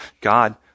God